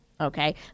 okay